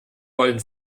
wollen